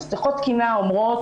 מפתחות תקינה אומרים,